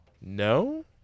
No